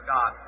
God